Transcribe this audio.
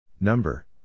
Number